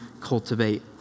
cultivate